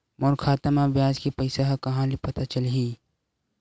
मोर खाता म ब्याज के पईसा ह कहां ले पता चलही?